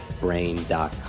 brain.com